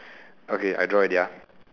okay I draw already ah